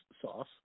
sauce